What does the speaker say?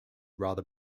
rather